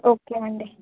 okay అండి